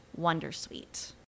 Wondersuite